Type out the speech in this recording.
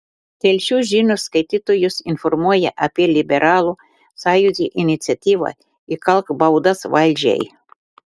telšių žinios skaitytojus informuoja apie liberalų sąjūdžio iniciatyvą įkalk baudas valdžiai